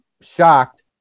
shocked